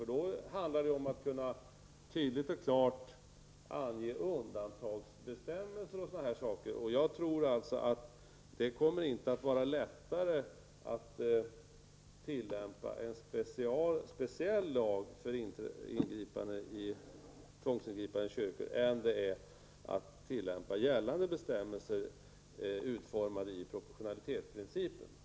Då måste man införa tydliga och klara undantagsbestämmelser, och jag tror inte att det blir lättare att tillämpa en speciell lag om tvångsingripande i kyrkolokaler än det är att tillämpa gällande bestämmelser, som är utformade enligt proportionalitetsprincipen.